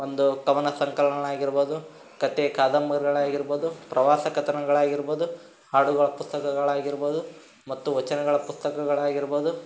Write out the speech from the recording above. ಒಂದು ಕವನ ಸಂಕಲನಗಳಾಗಿರ್ಬೋದು ಕಥೆ ಕಾದಂಬರಿಗಳಾಗಿರ್ಬೋದು ಪ್ರವಾಸ ಕಥನಗಳಾಗಿರ್ಬೋದು ಹಾಡುಗಳ ಪುಸ್ತಕಗಳಾಗಿರ್ಬೋದು ಮತ್ತು ವಚನಗಳ ಪುಸ್ತಕಗಳಾಗಿರ್ಬೋದು